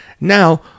Now